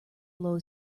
low